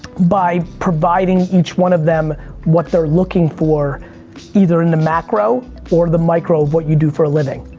by providing each one of them what they're looking for either in the macro or the micro of what you do for a living.